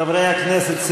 חברי הכנסת,